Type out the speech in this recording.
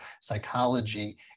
psychology